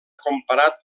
comparat